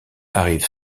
arrive